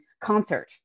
concert